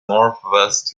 northwest